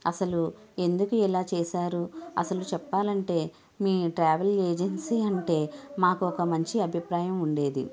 అసలు ఎందుకు ఇలా చేశారు అసలు చెప్పాలంటే మీ ట్రావెల్ ఏజెన్సీ అంటే మాకు ఒక మంచి అభిప్రాయం ఉండేది